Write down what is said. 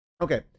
Okay